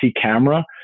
camera